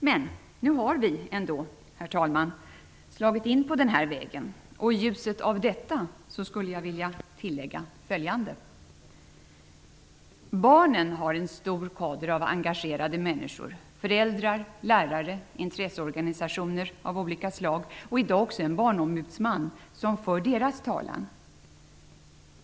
Men nu har vi ändå, herr talman, slagit in på den här vägen, och i ljuset av detta skulle jag vilja tillägga följande: Barnen har en stor kader av engagerade människor -- föräldrar, lärare, intresseorganisationer av olika slag, och i dag även en barnombudsman -- som för deras talan.